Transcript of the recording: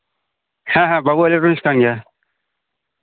ᱦᱮᱸ ᱦᱮᱸ ᱵᱟᱵᱩᱣᱟᱜ ᱦᱮᱰ ᱚᱯᱷᱤᱥ ᱠᱟᱱ ᱜᱮᱭᱟ